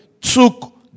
took